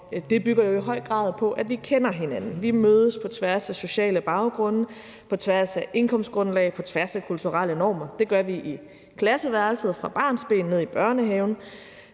og i høj grad på, at vi kender hinanden. Vi mødes på tværs af sociale baggrunde, på tværs af indkomstgrundlag, på tværs af kulturelle normer. Det gør vi i klasseværelset og fra barnsben i børnehaven;